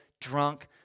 drunk